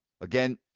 Again